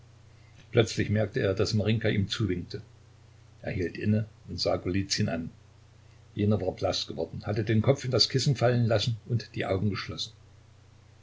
plötzlich merkte er daß marinjka ihm zuwinkte er hielt inne und sah golizyn an jener war blaß geworden hatte den kopf in das kissen fallen lassen und die augen geschlossen